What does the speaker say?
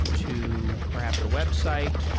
to perhaps a website,